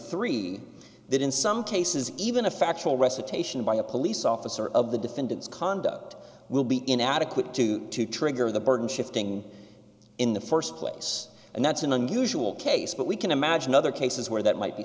three that in some cases even a factual recitation by a police officer of the defendant's conduct will be inadequate to to trigger the burden shifting in the first place and that's an unusual case but we can imagine other cases where that might be